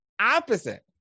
opposite